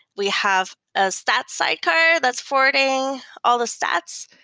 we have a stat sidecar that's forwarding all the stats.